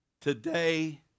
Today